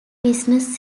business